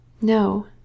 No